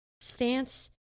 stance